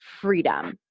freedom